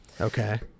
Okay